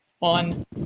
on